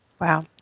Wow